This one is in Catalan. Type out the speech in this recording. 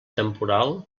temporal